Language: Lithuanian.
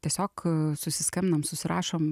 tiesiog susiskambinam susirašom